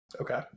okay